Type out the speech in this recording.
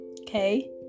okay